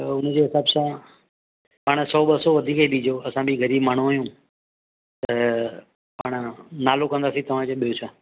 त हुन जे हिसाबु सां पांणि सौ ॿ सौ वधीक ई ॾिजो असां बि ग़रीब माण्हू आहियूं त पाणि नालो कंदासीं तव्हांजो ॿियो छा